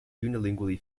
unilingually